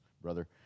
Brother